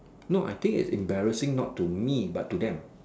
no I think it's embarrassing not to me but to them